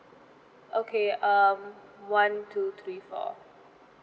okay um one two three four